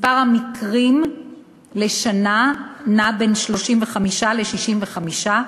מספר המקרים לשנה נע בין 35 ל-65.